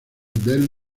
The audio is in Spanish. del